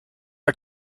are